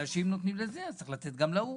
אנשים נותנים לזה אז צריך לתת גם להוא.